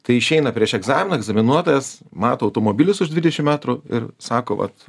tai išeina prieš egzaminą egzaminuotojas mato automobilius už dvidešimt metrų ir sako vat